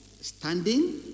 standing